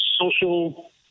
social